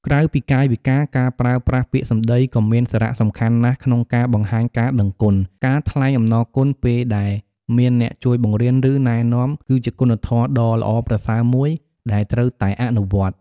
ក្រៅពីកាយវិការ ការប្រើប្រាស់ពាក្យសម្ដីក៏មានសារៈសំខាន់ណាស់ក្នុងការបង្ហាញការដឹងគុណ។ ការថ្លែងអំណរគុណ ពេលដែលមានអ្នកជួយបង្រៀន ឬណែនាំ គឺជាគុណធម៌ដ៏ល្អប្រសើរមួយដែលត្រូវតែអនុវត្ត។